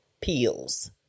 peels